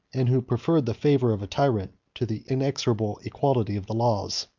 and who preferred the favor of a tyrant to the inexorable equality of the laws.